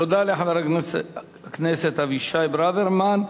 תודה לחבר הכנסת אבישי ברוורמן.